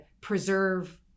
preserve